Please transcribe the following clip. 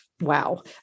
wow